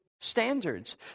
standards